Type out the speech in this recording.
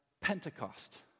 pentecost